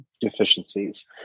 deficiencies